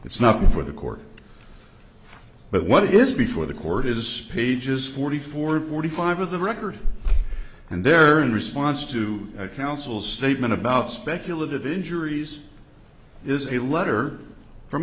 it's nothing for the court but what is before the court is pages forty four forty five of the record and there in response to a counsel statement about speculative injuries is a letter from